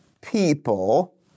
people